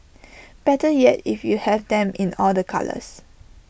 better yet if you have them in all the colours